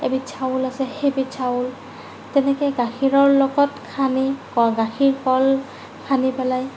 এবিধ চাউল আছে সেইবিধ চাউল তেনেকেই গাখীৰৰ লগত সানি গাখিৰ কল সানি পেলাই